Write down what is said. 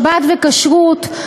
שבת וכשרות,